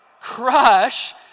Crush